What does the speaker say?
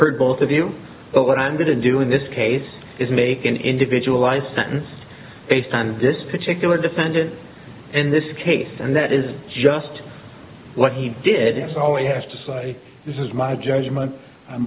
heard both of you but what i'm going to do in this case is make an individualized sentence based on this particular defendant in this case and that is just what he did all we have to say this is my judgment